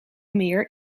meer